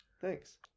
Thanks